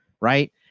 Right